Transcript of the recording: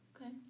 Okay